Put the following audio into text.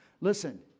Listen